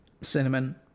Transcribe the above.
cinnamon